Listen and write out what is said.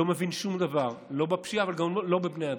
לא מבין שום דבר לא בפשיעה אבל גם לא בבני אדם.